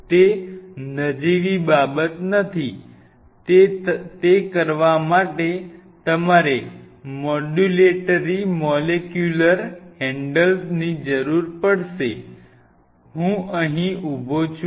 તે નજીવી બાબત નથી તે કરવા માટે તમારે મોડ્યુલેટરી મોલેક્યુલર હેન્ડલ્સની જરૂર પડે છે હું અહીં ઊભો છું